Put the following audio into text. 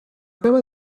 acaba